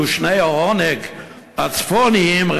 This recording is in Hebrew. מדושני העונג הצפוניים,